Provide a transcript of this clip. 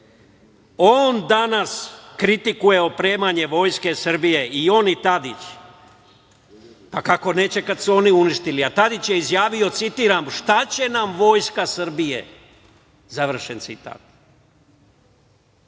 On danas kritikuje opremanje Vojske Srbije, i on i Tadić. Kako neće kad su je oni uništili. Tadić je izjavio, citiram: „Šta će nam Vojska Srbije?“ Završen citat.